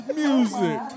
music